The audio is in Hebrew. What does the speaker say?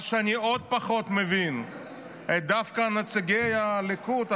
מה שאני מבין עוד פחות זה דווקא את נציגי הליכוד,